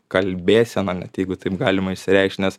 kalbėsena net jeigu taip galima išsireikšt nes